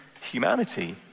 humanity